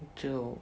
就